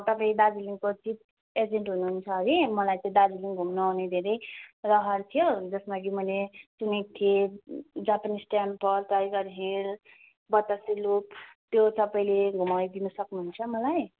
तपाईँ दार्जिलिङको चिप एजेन्ट हुनुहुन्छ है मलाई चाहिँ दार्जिलिङ घुम्नु आउने धेरै रहर थियो जसमा कि मैले सुनेको थिएँ Japanese temple Tiger Hill Batasia loop त्यो तपाईँले घमाइदिनु सक्नुहुन्छ मलाई